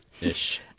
Ish